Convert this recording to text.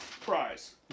prize